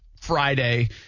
Friday